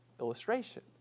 illustration